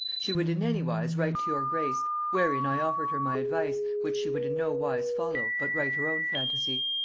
she would in any wise write to your grace, wherein i offered her my advice, which she would in no wise follow, but write her own phantasy.